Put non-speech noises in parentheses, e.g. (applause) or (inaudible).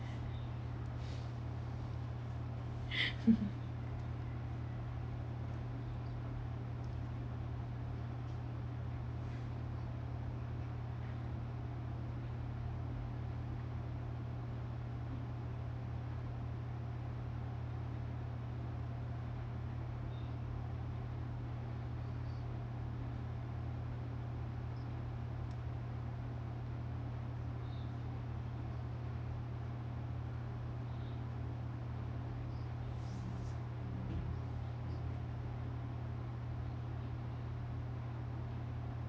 (laughs)